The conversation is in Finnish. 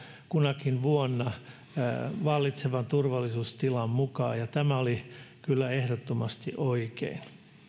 kunakin vuonna vallitsevan turvallisuustilanteen mukaan ja tämä oli kyllä ehdottomasti oikein